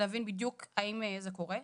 להבין בדיוק האם זה קורה.